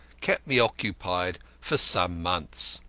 kept me occupied for some months.